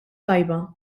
tajba